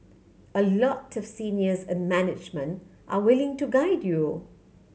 a lot of seniors and management are willing to guide you